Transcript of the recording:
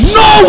no